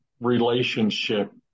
relationship